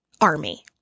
army